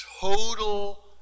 Total